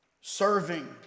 Serving